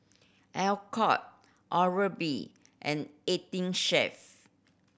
Alcott Oral B and Eighteen Chef